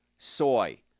soy